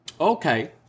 Okay